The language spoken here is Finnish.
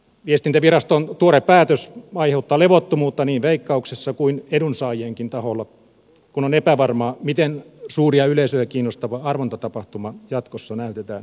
viestintäviraston tuore päätös aiheuttaa levottomuutta niin veikkauksessa kuin edunsaajienkin taholla kun on epävarmaa miten suurta yleisöä kiinnostava arvontatapahtuma jatkossa näytetään